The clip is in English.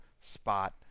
spot